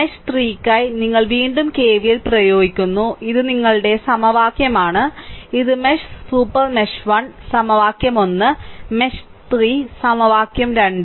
mesh 3 നായി നിങ്ങൾ വീണ്ടും KVL പ്രയോഗിക്കുന്നു ഇത് നിങ്ങളുടെ സമവാക്യമാണ് ഇത് മെഷ് സൂപ്പർ മെഷ് 1 സമവാക്യം 1 മെഷ് 3 സമവാക്യത്തിന് 2